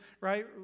right